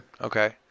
Okay